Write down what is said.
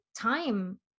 time